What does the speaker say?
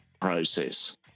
process